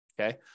Okay